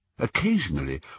Occasionally